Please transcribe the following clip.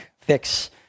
fix